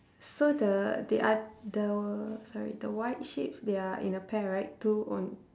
so the the oth~ the sorry the white sheeps they are in a pair right two on